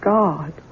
God